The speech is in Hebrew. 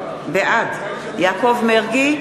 בעד יעקב מרגי,